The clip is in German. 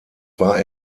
war